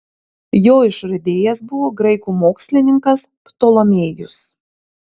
jo išradėjas buvo graikų mokslininkas ptolomėjus